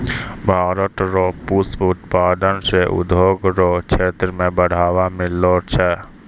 भारत रो पुष्प उत्पादन से उद्योग रो क्षेत्र मे बढ़ावा मिललो छै